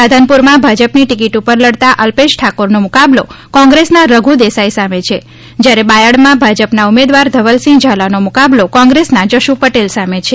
રાધનપુરમાં ભાજપની ટીકીટ ઉપર લડતાં અલ્પેશ ઠાકોરનો મુકાબલો કોંગ્રેસના રઘુ દેસાઇ સામે જયારે બાયડમાં ભાજપના ઉમેદવાર ધવલસિંહ ઝાલાનો મુકાબલો કોંગ્રેસના જશુ પટેલ સામે છે